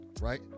right